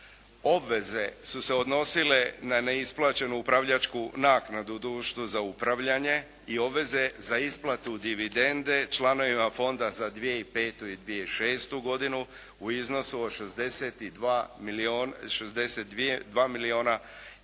Obveze su se odnosile na neisplaćenu upravljačku naknadu u društvu za upravljanje i obveze za isplatu dividende članovima fonda za 2005. i 2006. godinu u iznosu od 62 milijuna i